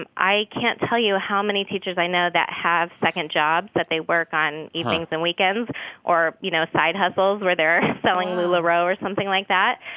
and i can't tell you how many teachers i know that have second jobs that they work on evenings and weekends or, you know, side hustles where they're selling. wow. lularoe or something like that.